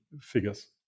figures